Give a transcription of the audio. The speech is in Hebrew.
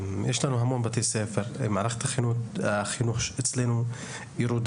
יש לנו המון בתי ספר, מערכת החינוך אצלנו ירודה.